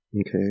Okay